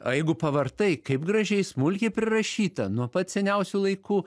o jeigu pavartai kaip gražiai smulkiai prirašyta nuo pat seniausių laikų